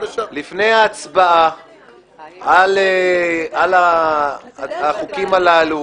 לך שלפני ההצבעה על החוקים הללו,